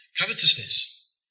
Covetousness